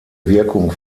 wirkung